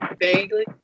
Vaguely